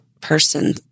person